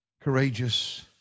courageous